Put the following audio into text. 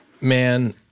man